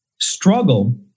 struggle